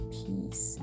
peace